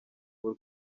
paul